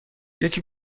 یکی